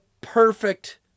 perfect